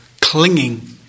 clinging